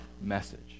message